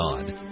God